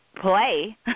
play